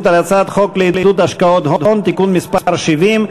על הצעת חוק לעידוד השקעות הון (תיקון מס' 70),